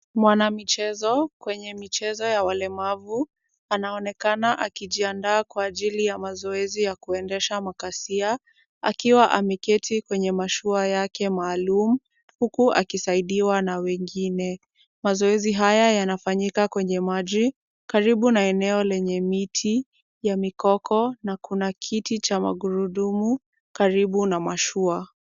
Mwana michezo kwenye michezo ya ulemavu anaonekana akijiandaa kwa ajili ya mazoezi ya kuendesha makasia akiwa ameketi kwenye mashua yake maalum huku akisaidiwa na wengine. Mazoezi haya yanafanyika kwenye maji karibu na eneo lenye miti ya mikoko na kuna kiti cha magurudumu karibu na mashua.